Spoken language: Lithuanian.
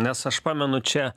nes aš pamenu čia